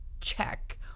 check